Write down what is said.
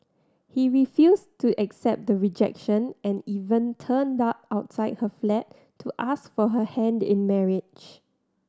he refused to accept the rejection and even turned up outside her flat to ask for her hand in marriage